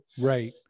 Right